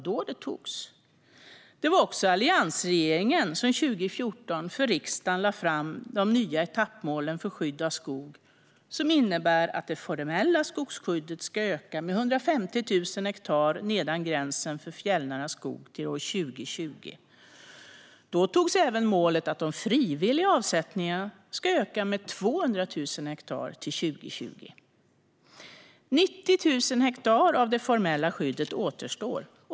Det var också alliansregeringen som 2014 för riksdagen lade fram de nya etappmålen för skydd av skog, som innebär att det formella skogsskyddet ska öka med 150 000 hektar nedom gränsen för fjällnära skog till år 2020. Då antogs även målet att de frivilliga avsättningarna skulle ökas med 200 000 hektar till 2020. Det är 90 000 hektar av det formella skyddet som återstår.